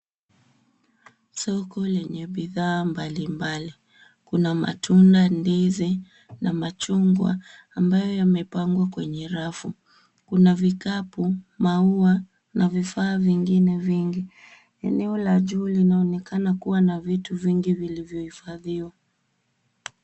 Soko lenye bidhaa mbalimbali. Kuna matunda, ndizi na machungwa ambayo yamepangwa kwenye rafu. Kuna vikapu, maua na vifaa vingine vingi. Eneo la juu linaonekana kuwa na vitu vingi vilivyohifadhiwa.